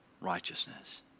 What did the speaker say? righteousness